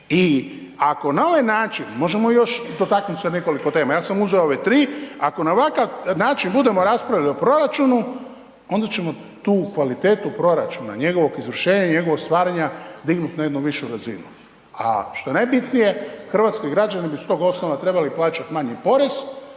I ako na ovaj način možemo još dotaknuti se nekoliko tema, ja sam uzeo ove tri, ako na ovakav način budemo raspravljali o proračunu onda ćemo tu kvalitetu proračuna i njegovo izvršenje njegovog stvaranja dignuti na jednu višu razinu. A što je najbitnije, hrvatski građani bi s tog osnova trebali plaćati manji porez,